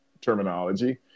terminology